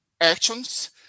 actions